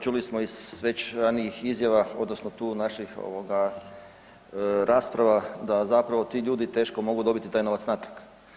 Čuli smo iz već ranijih izjava odnosno tu naših rasprava, da zapravo ti ljudi teško mogu dobiti taj novac natrag.